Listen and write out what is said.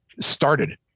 started